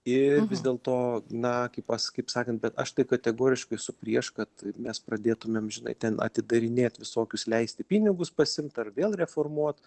ir vis dėlto na kaip pas kaip sakant bet aš tai kategoriškai esu prieš kad mes pradėtumėm žinai ten atidarinėt visokius leisti pinigus pasiimt ar vėl reformuot